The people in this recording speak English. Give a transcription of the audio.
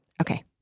Okay